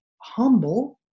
humble